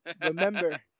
remember